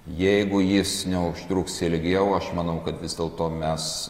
jeigu jis neužtruks ilgiau aš manau kad vis dėlto mes